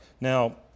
Now